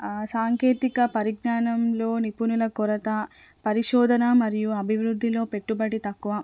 సాంకేతిక పరిజ్ఞానంలో నిపుణుల కొరత పరిశోధన మరియు అభివృద్ధిలో పెట్టుబడి తక్కువ